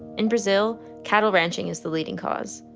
in brazil, cattle ranching is the leading cause.